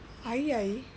I_A_I_A